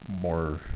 more